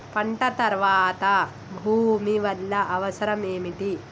పంట తర్వాత భూమి వల్ల అవసరం ఏమిటి?